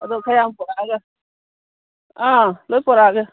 ꯑꯗꯨ ꯈꯔ ꯌꯥꯝ ꯄꯨꯔꯛꯂꯒꯦ ꯑꯥ ꯂꯣꯏ ꯄꯨꯔꯛꯂꯒꯦ